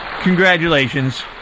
Congratulations